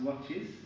watches